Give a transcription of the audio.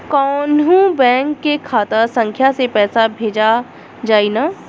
कौन्हू बैंक के खाता संख्या से पैसा भेजा जाई न?